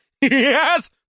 yes